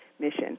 mission